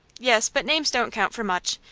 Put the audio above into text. yes but names don't count for much.